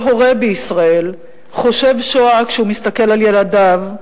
הורה בישראל חושב שואה כשהוא מסתכל על ילדיו,